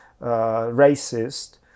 racist